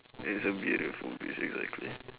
it's a beautiful beast exactly